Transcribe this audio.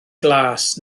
glas